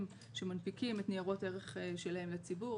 שמנפיקים את ניירות הערך שלהם לציבור,